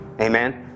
amen